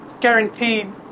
guaranteed